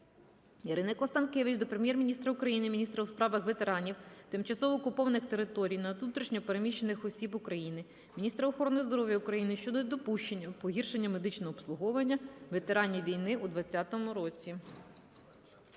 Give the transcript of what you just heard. Ірини Констанкевич до Прем'єр-міністра України, міністра у справах ветеранів, тимчасово окупованих територій та внутрішньо переміщених осіб України, міністра охорони здоров'я України щодо недопущення погіршення медичного обслуговування ветеранів війни у 20-му році.